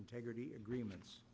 integrity agreements